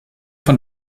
von